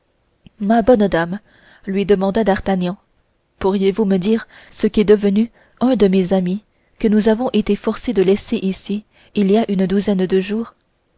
ma bonne dame lui demanda d'artagnan pourriez-vous me dire ce qu'est devenu un de mes amis que nous avons été forcés de laisser ici il y a une douzaine de jours